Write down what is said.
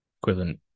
equivalent